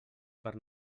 per